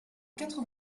quatre